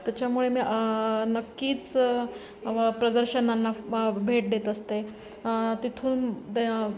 त्याच्यामुळे मी नक्कीच प्रदर्शनांना भेट देत असते तिथून द